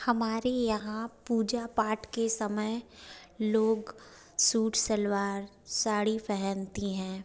हमारे यहाँ पूजा पाठ के समय लोग सूट सलवार साड़ी पहनती हैं